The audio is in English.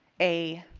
a